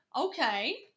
Okay